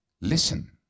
listen